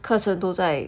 课程都在